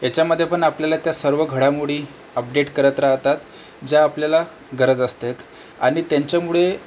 याच्यामध्ये पण आपल्याला त्या सर्व घडामोडी अपडेट करत राहतात ज्या आपल्याला गरज असते आणि त्यांच्यामुळे